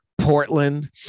Portland